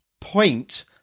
point